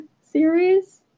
series